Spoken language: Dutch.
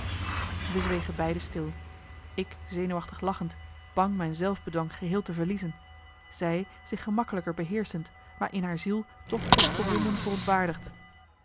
wij zwegen beiden stil ik zenuwachtig lachend bang mijn zelfbedwang geheel te verliezen zij zich gemakkelijker beheerschend maar in haar ziel toch opgewonden verontwaardigd